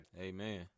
Amen